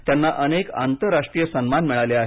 त्यांना अनेक आंतरराष्ट्रीय सन्मान मिळाले आहेत